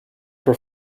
for